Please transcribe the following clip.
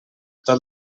tot